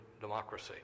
Democracy